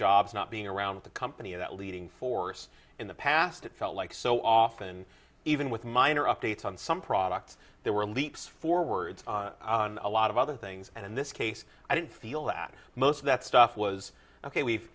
jobs not being around the company of that leading force in the past it felt like so often even with minor updates on some products there were leaps forwards a lot of other things and in this case i didn't feel that most of that stuff was ok we've